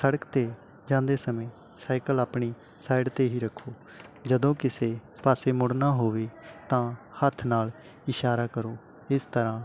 ਸੜਕ 'ਤੇ ਜਾਂਦੇ ਸਮੇਂ ਸਾਈਕਲ ਆਪਣੀ ਸਾਈਡ 'ਤੇ ਹੀ ਰੱਖੋ ਜਦੋਂ ਕਿਸੇ ਪਾਸੇ ਮੁੜਨਾ ਹੋਵੇ ਤਾਂ ਹੱਥ ਨਾਲ ਇਸ਼ਾਰਾ ਕਰੋ ਇਸ ਤਰ੍ਹਾਂ